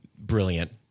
Brilliant